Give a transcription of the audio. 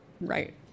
Right